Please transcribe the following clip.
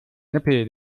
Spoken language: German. nippel